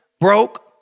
Broke